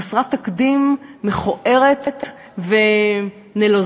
חסרת תקדים, מכוערת ונלוזה.